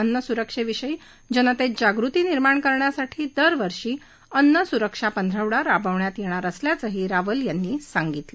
अन्न सुरक्षेविषयी जनतेत जागृती निर्माण करण्यासाठी दरवर्षी अन्न सुरक्षा पंधरवडा राबवण्यात येणार असल्याचंही रावल यांनी सांगितलं